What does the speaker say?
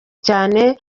cyane